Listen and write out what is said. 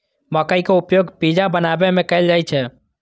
मकइ के उपयोग पिज्जा बनाबै मे कैल जाइ छै